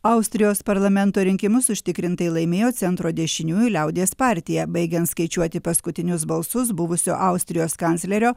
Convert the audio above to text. austrijos parlamento rinkimus užtikrintai laimėjo centro dešiniųjų liaudies partija baigiant skaičiuoti paskutinius balsus buvusio austrijos kanclerio